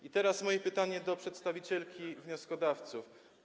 I teraz moje pytanie do przedstawicieli wnioskodawców.